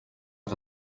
que